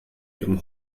ihrem